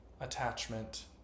attachment